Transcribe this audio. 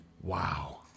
Wow